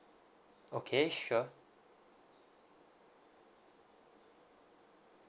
okay sure